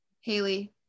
Haley